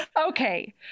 Okay